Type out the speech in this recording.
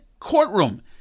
courtroom